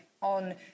On